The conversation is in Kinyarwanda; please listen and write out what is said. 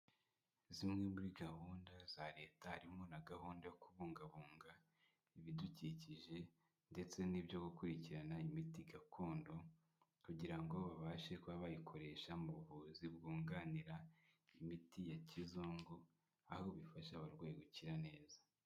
Zimwe muri gahunda za leta harimo na gahunda yo kubungabunga ibidukikije ndetse n'ibyo gukurikirana imiti gakondo kugira ngo babashe kuba bayikoresha mu buvuzi bwunganira imiti ya kizungu aho bifasha abarwayi gukira neza.